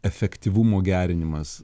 efektyvumo gerinimas